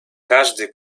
każdy